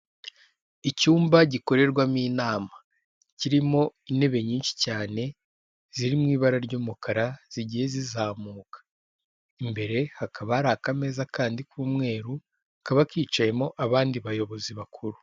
Icyumba gikorerwamo inama kirimo intebe nyinshi cyane ziri mu ibara ry'umukara zigiye zizamuka, imbere hakaba hari akameza kandi k'umweru kaba kicayemo abandi bayobozi bakuru.